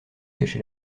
gâché